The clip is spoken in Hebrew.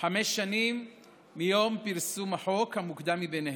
חמש שנים מיום פרסום החוק, המוקדם מביניהם.